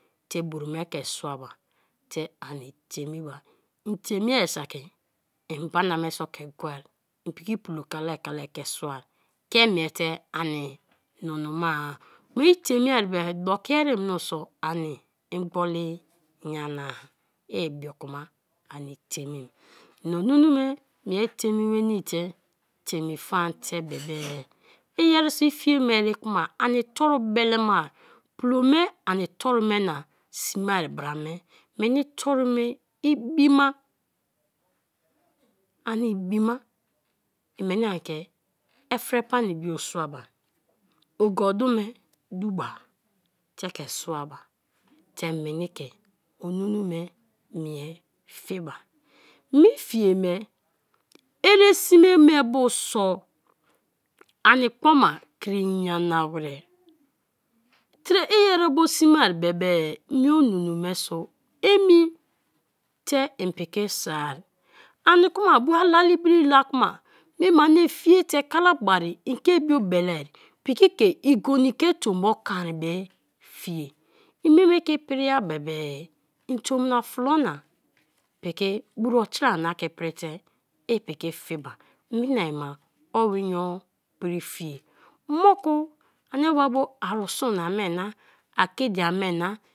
Te buru me ke suaba te ani temiba; itemie saki mbana me so ke juai i'm piki plo kalai kalai ke suai ke miete ani nunu mai; kma itemie be-e doki ere mioso ani igbonle nyana-a, ibioku ma ani teimem; en onunu me mie teime wenii te teime faan te bebe; iyeri so ifie me ari kma ani toru belemari, plo me ani torumena smea bra me meni torume ibima anibima; en meni ke efre pani bio suaba te menike onunu me mie fiba; mi fie me ere sme me bu so ani kpoma kri nyana wer i erebo sme bebe mie onunu me so emite ipkiki soar ani kma bo alali bri la kma me mei ani fie te kalabari en ke bio belei piki ke igoni ke tombo konri me fieai ime mei ke ipriba be be i tomna flo na piki buruotera na ke prite i piki fiba, minai ma o inyo pri fie, mo ku ani wa bo arisun ame na akidi a mena